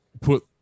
put